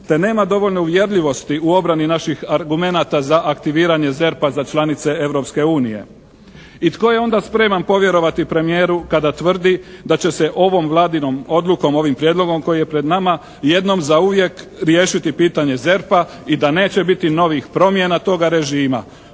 te nema dovoljno uvjerljivosti u obrani naših argumenata za aktiviranje ZERP-a za članice Europske unije. I tako je onda spreman povjerovati premijeru kada tvrdi da će se ovom Vladinom odlukom, ovim prijedlogom koji je pred nama jednom zauvijek riješiti pitanje ZERP-a i da neće biti novih promjena toga režima